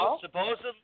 Supposedly